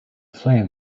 flame